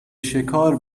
شکار